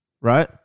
right